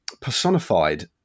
personified